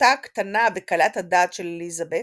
אחותה הקטנה וקלת הדעת של אליזבת,